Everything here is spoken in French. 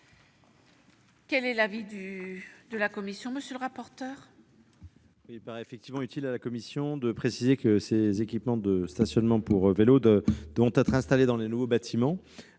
Quel est l'avis de la commission ?